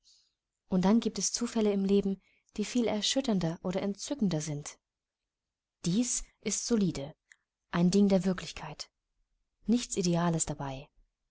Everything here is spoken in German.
und dann giebt es zufälle im leben die viel erschütternder oder entzückender sind dies ist solide ein ding der wirklichkeit nichts ideales dabei